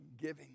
giving